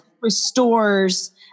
restores